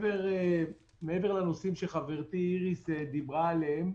מעבר לנושאים שחברתי איריס דיברה עליהם,